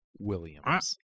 Williams